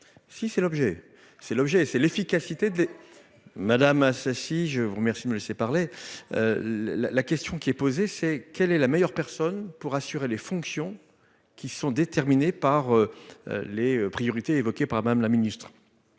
C'est l'objet, c'est l'efficacité de. Madame Assassi je vous remercie de me laisser parler. La la la question qui est posée c'est, quelle est la meilleure personne pour assurer les fonctions qui sont déterminés par. Les priorités évoquées par Madame la Ministre.